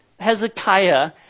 Hezekiah